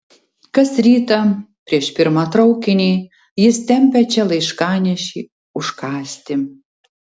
kas rytą prieš pirmą traukinį jis tempia čia laiškanešį užkąsti